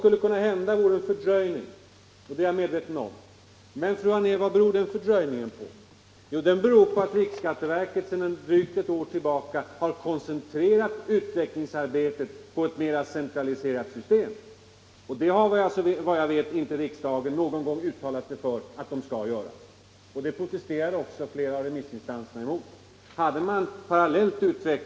Jag är medveten om att en fördröjning skulle kunna inträffa. Men, fru Anér, vad beror den fördröjningen på? Jo, riksskatteverket har sedan drygt ett år tillbaka koncentrerat utvecklingsarbetet på ett mera centraliserat system. Såvitt jag vet har riksdagen inte någon gång uttalat sig för detta. Flera av remissinstanserna protesterade också emot det.